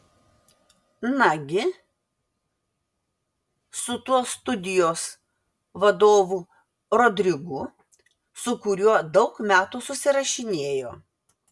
nagi su tuo studijos vadovu rodrigu su kuriuo daug metų susirašinėjo